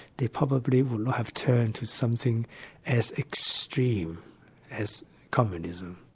they probably wouldn't have turned to something as extreme as communism.